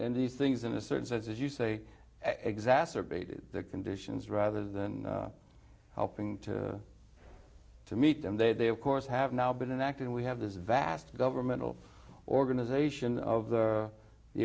in these things in a certain sense as you say exacerbated the conditions rather than helping to meet them they they of course have now been an act and we have this vast governmental organization of the